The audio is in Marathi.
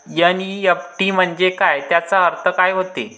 एन.ई.एफ.टी म्हंजे काय, त्याचा अर्थ काय होते?